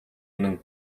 үнэн